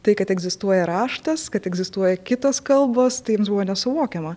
tai kad egzistuoja raštas kad egzistuoja kitos kalbos tai jiems buvo nesuvokiama